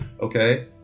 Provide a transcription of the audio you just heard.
okay